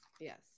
yes